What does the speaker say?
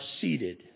seated